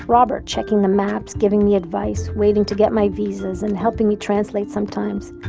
robert, checking the maps, giving me advice, waiting to get my visas, and helping me translate sometimes,